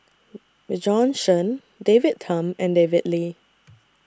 Bjorn Shen David Tham and David Lee